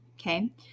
Okay